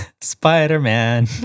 Spider-Man